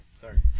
Sorry